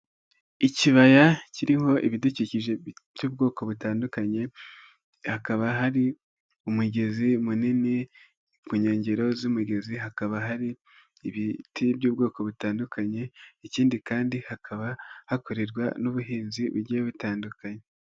Ikibaya kiriho ibidukikije by'ubwoko butandukanye, hakaba hari umugezi munini ku nkengero z'umugezi hakaba hari ibiti by'ubwoko butandukanye, ikindi kandi hakaba hakorerwa n'ubuhinzi bugiye butandukanye.